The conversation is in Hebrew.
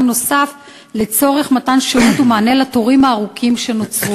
נוסף לצורך מתן שירות ומענה לתורים הארוכים שנוצרו?